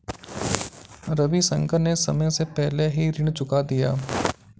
रविशंकर ने समय से पहले ही ऋण चुका दिया